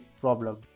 problem